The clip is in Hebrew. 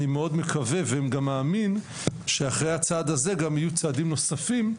אני מאוד מקווה ומאמין שאחרי הצעד הזה יהיו גם צעדים נוספים,